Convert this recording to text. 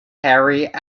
harry